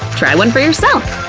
try one for yourself!